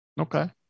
Okay